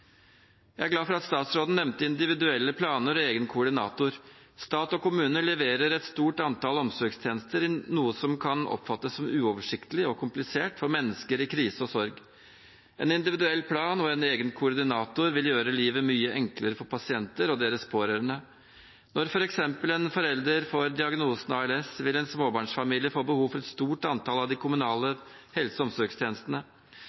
Jeg er glad for at statsråden nevnte individuelle planer og egen koordinator. Stat og kommune leverer et stort antall omsorgstjenester, noe som kan oppfattes som uoversiktlig og komplisert for mennesker i krise og sorg. En individuell plan og en egen koordinator vil gjøre livet mye enklere for pasienter og deres pårørende. Når f.eks. en forelder får diagnosen ALS, vil en småbarnsfamilie få behov for et stort antall av de